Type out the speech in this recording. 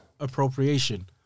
appropriation